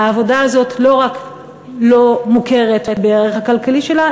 העבודה הזאת לא רק לא מוכרת בערך הכלכלי שלה,